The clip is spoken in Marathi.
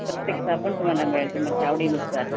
प्रत्येक साबण तुम्हाला मिळेल तुमच्या आवडीनुसार